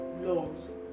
laws